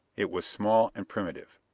it was small and primitive.